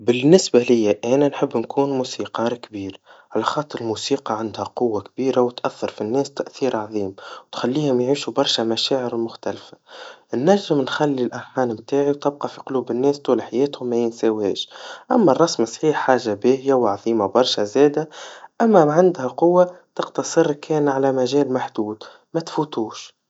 بالنسبا ليا أنا نحب نكون موسيقار كبير, على خاطر الموسيقا عندها قوا كبيرا وتأثر في الناس تأثير عظيم, وتخليهم يعيشوا برشا مشاعر مختلفا, ننجم نخلي الألحان متاعي مطابقا في قلوب الناس طول حياتهم مينساوهاش, أما الرسم صحيح حاجا باهيا وعظيما وبرشا رادا, أما ما عندها قوا تقتصر كان على مجال محدود, ما تفوتوش.